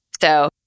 So-